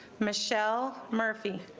michelle murphy